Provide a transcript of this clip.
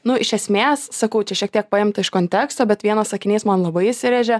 nu iš esmės sakau čia šiek tiek paimta iš konteksto bet vienas sakinys man labai įsirėžė